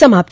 समाप्त